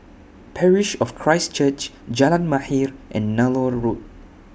Parish of Christ Church Jalan Mahir and Nallur Road